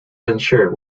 unsure